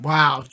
Wow